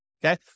Okay